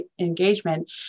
engagement